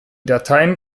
dateien